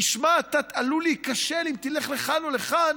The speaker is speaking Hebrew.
תשמע, אתה עלול להיכשל אם תלך לכאן או לכאן,